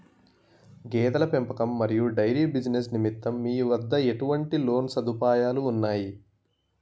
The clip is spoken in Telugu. గేదెల పెంపకం మరియు డైరీ బిజినెస్ నిమిత్తం మీ వద్ద ఎటువంటి లోన్ సదుపాయాలు ఉన్నాయి?